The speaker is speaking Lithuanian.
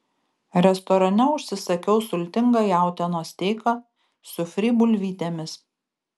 restorane užsisakiau sultingą jautienos steiką su fry bulvytėmis